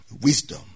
wisdom